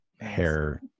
hair